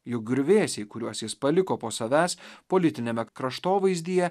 juk griuvėsiai kuriuos jis paliko po savęs politiniame kraštovaizdyje